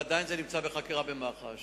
ועדיין זה נמצא בחקירה במח"ש.